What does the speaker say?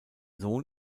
sohn